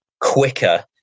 quicker